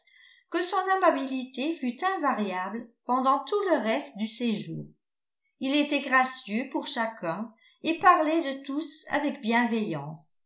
que son amabilité fut invariable pendant tout le reste du séjour il était gracieux pour chacun et parlait de tous avec bienveillance